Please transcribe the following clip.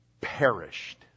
perished